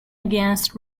against